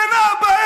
אין אבא?